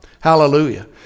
Hallelujah